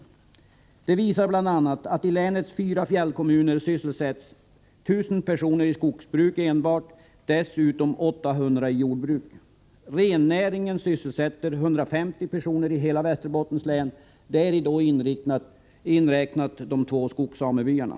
Skrivelsen visar bl.a. att det i länets fyra fjällkommuner sysselsätts 1 000 personer i skogsbruk enbart och dessutom 800 i jordbruk. Rennäringen sysselsätter 150 personer i hela länet, däri inräknat de två skogssamebyarna.